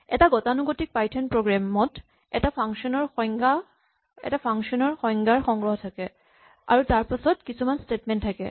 এটা গতানুগতিক পাইথন প্ৰগ্ৰেমত এটা ফাংচন ৰ সংজ্ঞাৰ সংগ্ৰহ থাকে আৰু তাৰপাছত কিছুমান স্টেটমেন্ট থাকে